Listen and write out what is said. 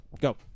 go